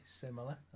similar